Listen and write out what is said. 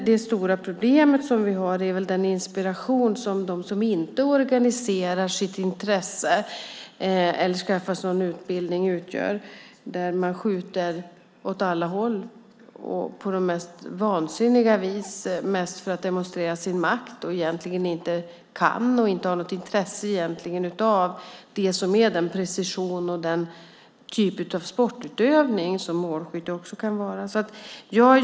Det stora problem vi har är väl den inspiration som de som inte organiserar sitt intresse eller skaffar sig någon utbildning utgör. Man skjuter åt alla håll på de mest vansinniga vis, mest för att demonstrera sin makt. Egentligen har man inget intresse av den precision och sportutövning som målskytte också kan innebära.